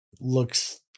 looks